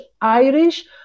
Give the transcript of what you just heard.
Irish